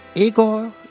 Igor